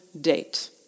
date